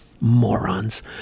morons